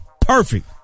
perfect